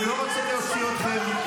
אני לא רוצה להוציא אתכם.